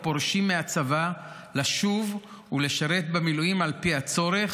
פורשים מהצבא לשוב ולשרת במילואים לפי הצורך,